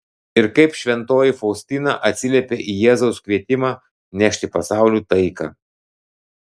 ir kaip šventoji faustina atsiliepė į jėzaus kvietimą nešti pasauliui taiką